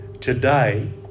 today